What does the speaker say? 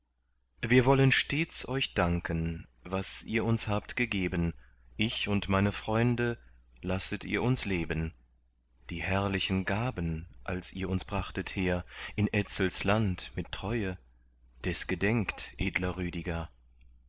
wir wollen stets euch danken was ihr uns habt gegeben ich und meine freunde lasset ihr uns leben die herrlichen gaben als ihr uns brachtet her in etzels land mit treue des gedenket edler rüdiger